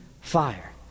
fire